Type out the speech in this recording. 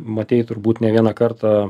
matei turbūt ne vieną kartą